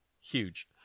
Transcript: Huge